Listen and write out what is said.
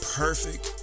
perfect